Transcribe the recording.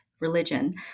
religion